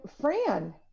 Fran